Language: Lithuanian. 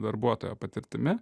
darbuotojo patirtimi